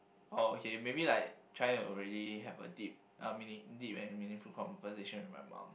oh okay maybe like try to really have a deep uh meaning deep and meaningful conversation with my mom